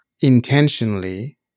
intentionally